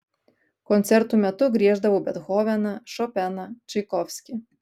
koncertų metu grieždavau bethoveną šopeną čaikovskį